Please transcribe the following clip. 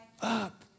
up